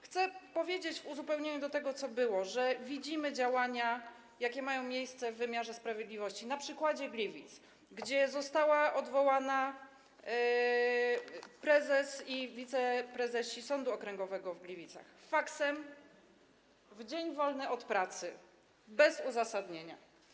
Chcę powiedzieć w uzupełnieniu do tego, co było, że widzimy działania, jakie mają miejsce w wymiarze sprawiedliwości, na przykładzie Gliwic, gdzie zostali odwołani prezes i wiceprezesi Sądu Okręgowego w Gliwicach, faksem w dzień wolny od pracy, bez uzasadnienia.